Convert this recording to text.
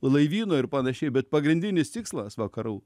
laivyno ir panašiai bet pagrindinis tikslas vakarų